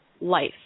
life